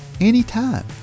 anytime